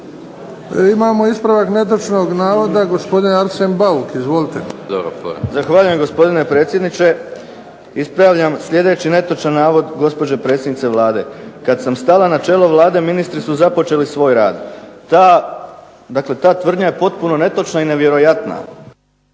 Imamo ispravak netočnog navoda, gosopdin Arsen Bauk. Izvolite. **Bauk, Arsen (SDP)** Zahvaljujem gospodine predsjedniče. Ispravljam sljedeći netočan navod gospođe predsjednice Vlade: "Kad sam stala na čelo Vlade, ministri su započeli svoj rad." Ta, dakle ta tvrdnja je potpuno netočna i nevjerojatna